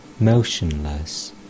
motionless